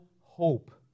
hope